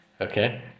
okay